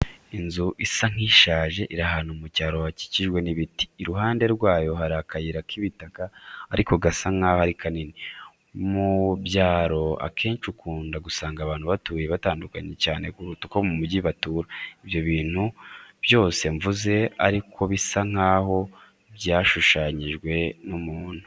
Inzu isa nk'ishaje iri ahantu mu cyaro hakikijwe n'ibiti, iruhande rwayo hari akayira k'ibitaka ariko gasa nkaho ari kanini. Mu byaro akenshi ukunda gusanga batuye batandukanye cyane kuruta uko mu mugi batura. Ibyo bintu byose mvuze ariko bisa nkaho byashushanyijwe n'umuntu.